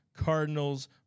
Cardinals